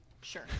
Sure